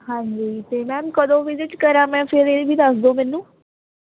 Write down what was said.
ਹਾਂਜੀ ਅਤੇ ਮੈਮ ਕਦੋਂ ਵਿਜਿਟ ਕਰਾਂ ਮੈਂ ਫਿਰ ਇਹ ਵੀ ਦੱਸ ਦਿਓ ਮੈਨੂੰ